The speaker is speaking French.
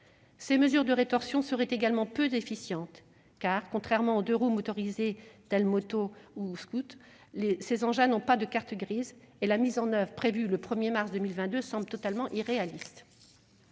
Ces mesures de rétorsion seraient également peu efficientes, car, contrairement aux deux-roues motorisés, tels que les motos ou les scooters, ces engins n'ont pas de carte grise, et la mise en oeuvre prévue au 1 mars 2022 semble totalement irréaliste.